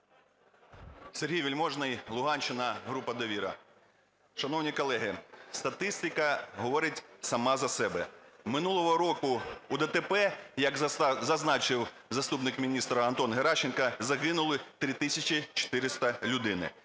Сергій Вельможний, Луганщина, група "Довіра". Шановні колеги, статистика говорить сама за себе. Минулого року у ДТП, як зазначив заступник міністра Антон Геращенко, загинули 3 тисячі 400 людини.